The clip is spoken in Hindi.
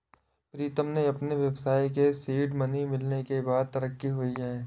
प्रीतम के अपने व्यवसाय के सीड मनी मिलने के बाद तरक्की हुई हैं